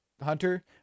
Hunter